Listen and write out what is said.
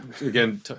Again